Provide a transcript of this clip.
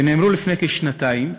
שנאמרו לפני כשנתיים,